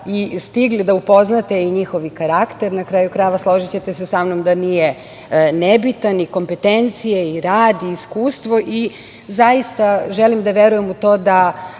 i stigli da upoznate i njihov karakter, na kraju krajeva, složićete sa mnom da nije nebitan i kompetencije i rad i iskustvo. Zaista želim da verujem u to da